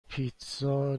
پیتزا